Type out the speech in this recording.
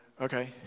okay